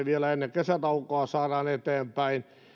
vielä ennen kesätaukoa täältä saadaan eteenpäin tämä